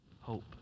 hope